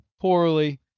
poorly